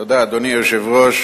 אדוני היושב-ראש,